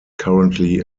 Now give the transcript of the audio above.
currently